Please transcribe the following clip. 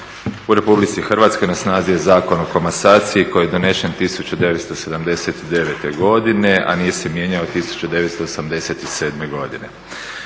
u Republici Hrvatskoj na snazi je Zakon o komasaciji koji je donesen 1979. godine a nije se mijenjao od 1987. godine.